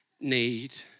Need